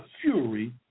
fury